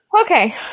Okay